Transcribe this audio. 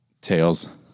Tails